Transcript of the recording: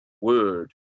word